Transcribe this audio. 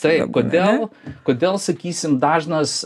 taip kodėl kodėl sakysim dažnas